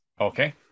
okay